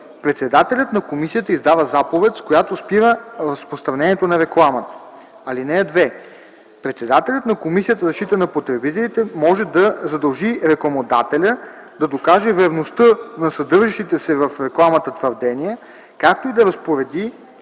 председателят на комисията издава заповед, с която спира разпространението на рекламата. (2) Председателят на Комисията за защита на потребителите може да задължи рекламодателя да докаже верността на съдържащите се в рекламата твърдения, както и да разпореди